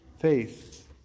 Faith